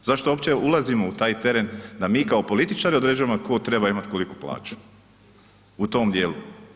Zašto uopće ulazimo u taj teren da mi kao političari određuje tko treba imati koliku plaću u tom dijelu?